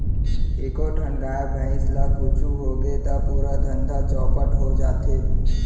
एको ठन गाय, भईंस ल कुछु होगे त पूरा धंधा चैपट हो जाथे